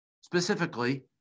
Specifically